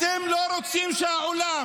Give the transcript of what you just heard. תאשים את הנאצים של החמאס.